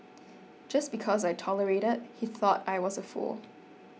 just because I tolerated he thought I was a fool